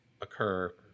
occur